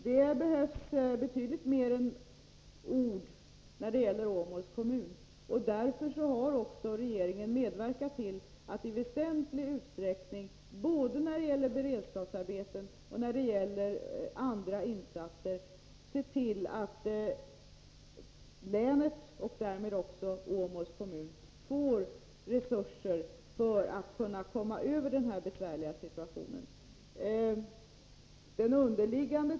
Det behövs betydligt mer än ord när det gäller Åmåls kommun. Därför har också regeringen i väsentlig utsträckning både när det gäller beredskapsarbeten och när det gäller andra insatser medverkat till att länet, och därmed också Åmåls kommun, får resurser för att komma över den här besvärliga situationen.